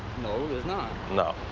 no, there's not. no,